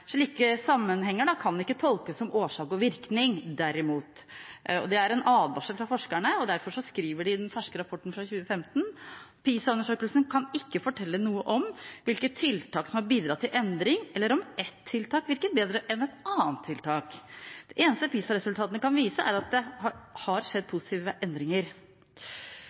Slike sammenhenger kan derimot ikke tolkes som årsak og virkning. Det er en advarsel fra forskerne, og derfor skriver de i den ferske rapporten fra 2015: «PISA-undersøkelsen kan ikke fortelle noe om hvilke tiltak som har bidratt til endring, eller om ett tiltak virker bedre enn et annet. Det eneste PISA-resultatene kan vise, er at det har skjedd positive endringer.»